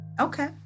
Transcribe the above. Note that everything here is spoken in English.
okay